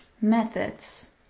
Methods